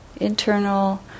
internal